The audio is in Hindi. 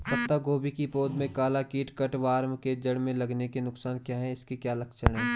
पत्ता गोभी की पौध में काला कीट कट वार्म के जड़ में लगने के नुकसान क्या हैं इसके क्या लक्षण हैं?